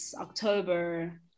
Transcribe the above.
october